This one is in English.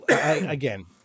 again